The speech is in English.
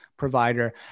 provider